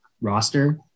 roster